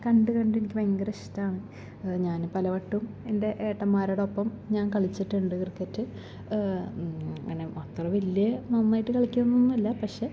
കണ്ട് കണ്ട് എനിക്ക് ഭയങ്കര ഇഷ്ടമാണ് ഞാൻ പലവട്ടം എൻ്റെ ഏട്ടന്മാരോടൊപ്പം ഞാൻ കളിച്ചിട്ടുണ്ട് ക്രിക്കറ്റ് അങ്ങനെ അത്ര വലിയ നന്നായിട്ട് കളിക്കുന്നൊന്നുമില്ല പക്ഷെ